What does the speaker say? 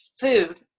food